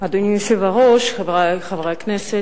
אדוני היושב-ראש, חברי הכנסת,